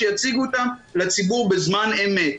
שיציגו אותם לציבור בזמן אמת.